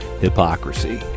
hypocrisy